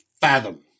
Fathom